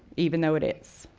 even though it is.